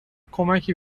کمکی